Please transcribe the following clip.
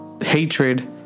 hatred